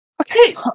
Okay